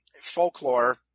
folklore